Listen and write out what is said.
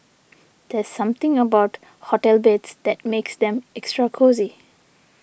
there's something about hotel beds that makes them extra cosy